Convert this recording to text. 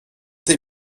tes